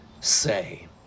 say